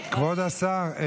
כבוד השר,